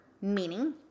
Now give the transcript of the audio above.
Meaning